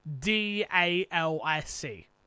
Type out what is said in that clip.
D-A-L-I-C